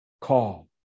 call